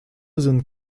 sind